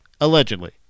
allegedly